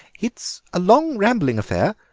it's a long rambling affair,